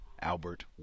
Albert